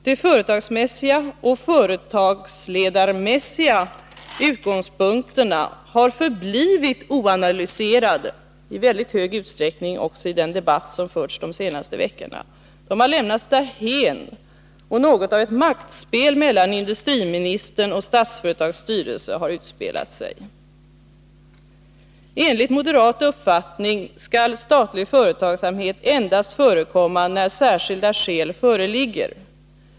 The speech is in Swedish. De företagsmäs siga och företagsledarmässiga utgångspunkterna har förblivit oanalyserade — i väldigt hög utsträckning också i den debatt som förts under de senaste veckorna. De har lämnats därhän. Något av ett maktspel mellan industriministern och Statsföretags styrelse har utspelat sig. Enligt moderat uppfattning skall statlig företagsamhet förekomma endast när särskilda skäl föreligger.